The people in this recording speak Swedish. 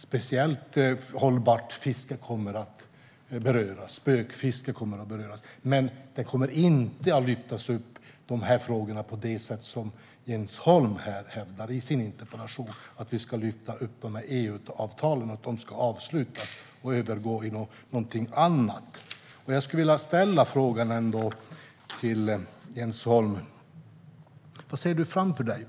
Speciellt hållbart fiske kommer att beröras. Spökfisket kommer att beröras. Men frågan om att EU-avtalen ska avslutas och övergå i någonting annat kommer inte att lyftas upp på det sätt som Jens Holm hävdar i sin interpellation. Jag skulle vilja ställa frågan till Jens Holm: Vad ser du framför dig?